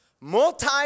multi